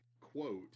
quote